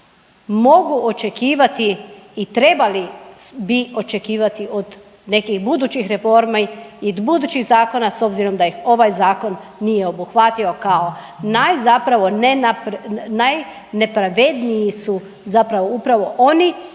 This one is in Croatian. mogu očekivati i trebali bi očekivati od nekih budućih reformi i od budućih zakona s obzirom da ih ovaj zakon nije obuhvatio kao naj zapravo, najnepravedniji su zapravo upravo oni